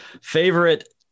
Favorite